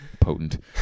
potent